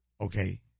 okay